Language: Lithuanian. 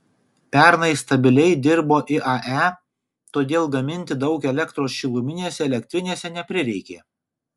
pernai stabiliai dirbo iae todėl gaminti daug elektros šiluminėse elektrinėse neprireikė